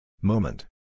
Moment